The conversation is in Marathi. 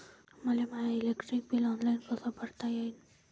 मले माय इलेक्ट्रिक बिल ऑनलाईन कस भरता येईन?